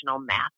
math